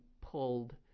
pulled